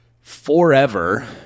forever